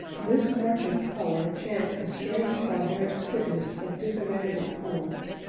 this march of color chants a strange barbaric fitness of dithyrambic chords,